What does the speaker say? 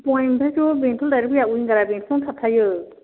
बङाइनिफ्रायथ' बेंथल दाइरेक्ट फैया विंगारा बेंथलावनो थाबथायो